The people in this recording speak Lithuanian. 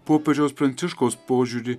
popiežiaus pranciškaus požiūrį